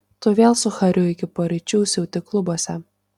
tu vėl su hariu iki paryčių siauti klubuose